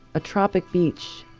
a tropic beach,